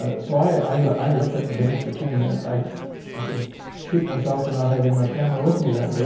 ah so i like i looked at the thing for ten minutes. i i could shoot myself for not having my camera with me that day.